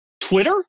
Twitter